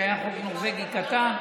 שהיה חוק נורבגי קטן,